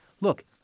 look